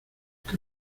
que